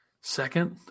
Second